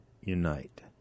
unite